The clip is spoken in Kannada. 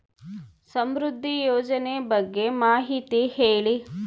ಸಮೃದ್ಧಿ ಯೋಜನೆ ಬಗ್ಗೆ ಮಾಹಿತಿ ಹೇಳಿ?